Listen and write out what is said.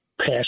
pass